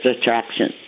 attraction